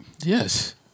Yes